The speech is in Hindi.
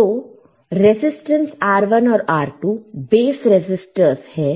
तो रेजिस्टेंस R1 और R2 बेस रेसिस्टरस है